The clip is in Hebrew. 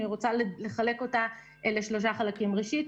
אני רוצה לחלק אותה לשלושה חלקים: ראשית,